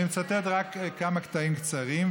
אני מצטט רק כמה קטעים קצרים,